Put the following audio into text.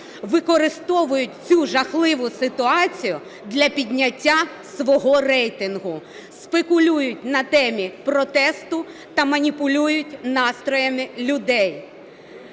використовують цю жахливу ситуацію для підняття свого рейтингу, спекулюють на темі протесту та маніпулюють настроями людей.